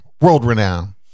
World-renowned